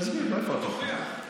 בוא תוכיח, תוכיח שזאת עלילת דם.